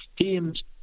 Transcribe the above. teams